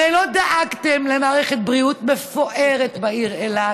הרי לא דאגתם למערכת בריאות מפוארת בעיר אילת,